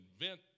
invent